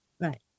right